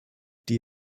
die